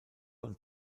und